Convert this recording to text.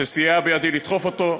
שסייע בידי לדחוף אותו,